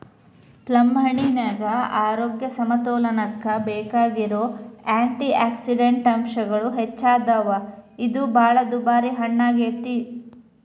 ಪ್ಲಮ್ಹಣ್ಣಿನ್ಯಾಗ ಆರೋಗ್ಯ ಸಮತೋಲನಕ್ಕ ಬೇಕಾಗಿರೋ ಆ್ಯಂಟಿಯಾಕ್ಸಿಡಂಟ್ ಅಂಶಗಳು ಹೆಚ್ಚದಾವ, ಇದು ಬಾಳ ದುಬಾರಿ ಹಣ್ಣಾಗೇತಿ